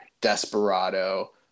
Desperado